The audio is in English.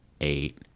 eight